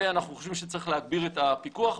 ואנחנו חושבים שצריך להגביר את הפיקוח.